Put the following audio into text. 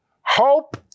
Hope